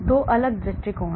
तो 2 अलग दृष्टिकोण